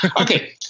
okay